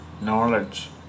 knowledge